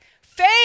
faith